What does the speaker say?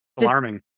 alarming